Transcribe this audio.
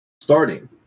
starting